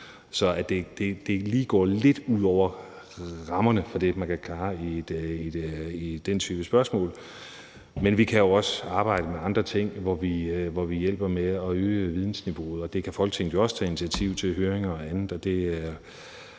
lige går lidt ud over rammerne for det, man kan klare i den type spørgsmål. Men vi kan jo også arbejde med andre ting, hvor vi hjælper med at øge vidensniveauet, og det kan Folketinget jo også tage initiativ til – høringer og andet